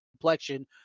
complexion